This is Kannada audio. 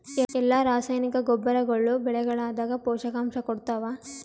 ಎಲ್ಲಾ ರಾಸಾಯನಿಕ ಗೊಬ್ಬರಗೊಳ್ಳು ಬೆಳೆಗಳದಾಗ ಪೋಷಕಾಂಶ ಕೊಡತಾವ?